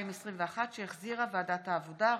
תודה.